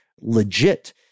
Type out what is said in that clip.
legit